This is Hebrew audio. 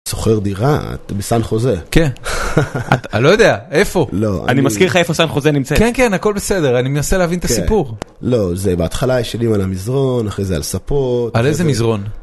שוכר דירה, את בסן חוזה. כן. אני לא יודע, איפה? לא, אני... אני מזכיר לך איפה סן חוזה נמצאת. כן, כן, הכל בסדר, אני מנסה להבין את הסיפור. לא, זה בהתחלה ישנים על המזרון, אחרי זה על ספות. על איזה מזרון?